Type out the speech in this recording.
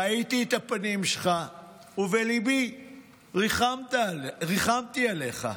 ראיתי את הפנים שלך ובליבי ריחמתי עליך,